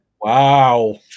Wow